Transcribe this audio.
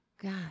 God